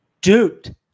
Dude